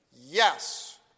yes